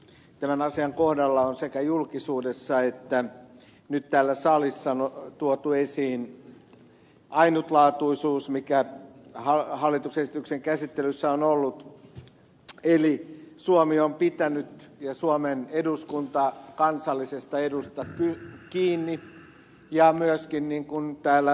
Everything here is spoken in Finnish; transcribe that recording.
tämän asian kohdalla on sekä julkisuudessa että nyt täällä salissa tuotu esiin ainutlaatuisuus mikä hallituksen esityksen käsittelyssä on ollut eli suomi ja suomen eduskunta on pitänyt kansallisesta edusta kiinni ja myöskin niin kuin täällä ed